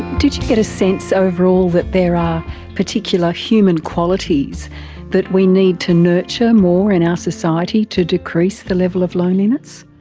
did you get a sense overall that there are particular human qualities that we need to nurture more in our society to decrease the level of loneliness?